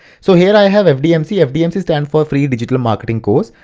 so here i have fdmc, fdmc stands for free digital marketing course.